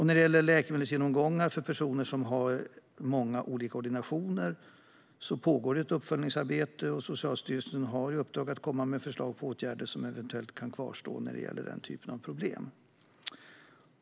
När det gäller läkemedelsgenomgångar för personer som har många olika ordinationer pågår det ett uppföljningsarbete, och Socialstyrelsen har i uppdrag att komma med förslag för att åtgärda problem som eventuellt kan kvarstå.